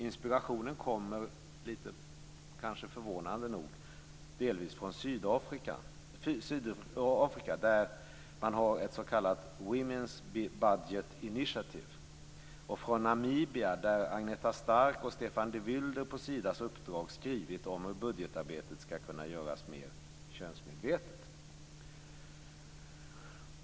Inspirationen kommer, kanske lite förvånande, delvis från Sydafrika där man har ett s.k. Women's Budget Initiative och från Namibia där Agneta Stark och Stefan de Vylder på Sidas uppdrag skrivit om hur budgetarbetet ska kunna göras mer könsmedvetet.